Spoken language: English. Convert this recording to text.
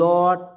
Lord